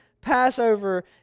Passover